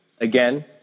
Again